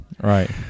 Right